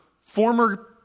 former